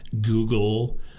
Google